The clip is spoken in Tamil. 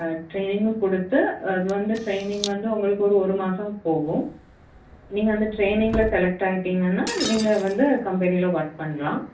ட்ரைனிங்கும் கொடுத்து அது வந்து ட்ரைனிங் வந்து உங்களுக்கு ஒரு ஒரு மாதம் போகும் நீங்கள் அந்த ட்ரைனிங்கில் செலக்ட் ஆகிட்டீங்கன்னா நீங்கள் வந்து கம்பெனியில் ஒர்க் பண்ணலாம்